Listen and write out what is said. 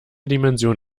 dimension